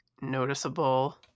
noticeable